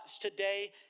today